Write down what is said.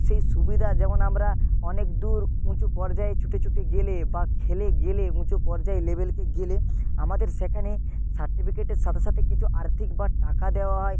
সেই সুবিধা যেমন আমরা অনেক দূর উঁচু পর্যায় ছুটে ছুটে গেলে বা খেলে গেলে উঁচু পর্যায় লেবেলকে গেলে আমাদের সেখানে সার্টিফিকেটের সাথে সাথে কিছু আর্থিক বা টাকা দেওয়া হয়